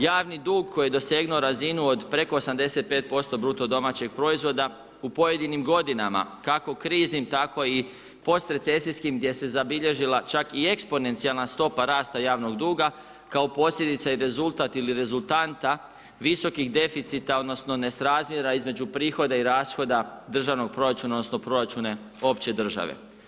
Javni dug koji je dosegnuo razinu od preko 85% bruto domaćeg proizvoda u pojedinim godinama, kako kriznim, tako i posrecesijskim gdje se zabilježila čak i eksponencijalna stopa rasta javnog duga, kao posljedica i rezultat ili rezultanta visokih deficita, odnosno nesrazmjera između prihoda i rashoda državnog proračuna, odnosno proračuna opće države.